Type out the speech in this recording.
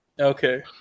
Okay